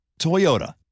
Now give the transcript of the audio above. Toyota